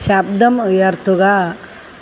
ശബ്ദം ഉയർത്തുക